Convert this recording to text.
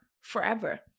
forever